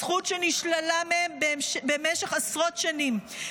זכות שנשללה מהם במשך עשרות שנים,